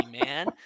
man